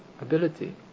ability